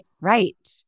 right